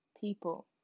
people